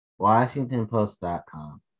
Washingtonpost.com